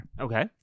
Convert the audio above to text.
Okay